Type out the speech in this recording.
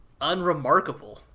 unremarkable